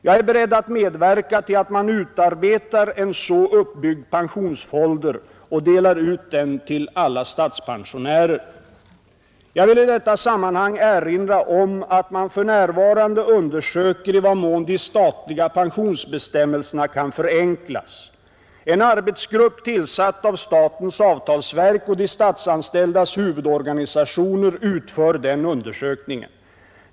Jag är beredd att medverka till att man utarbetar en så uppbyggd pensionsfolder och delar ut den till alla statspensionärer. Jag vill i detta sammanhang erinra om att ,man för närvarande undersöker i vad mån de statliga pensionsbestämmelserna kan förenklas. En arbetsgrupp tillsatt av statens avtalsverk och de statsanställdas huvudorganisationer utför den undersökningen.